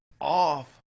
off